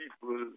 people